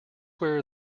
where